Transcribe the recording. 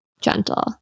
gentle